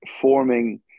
forming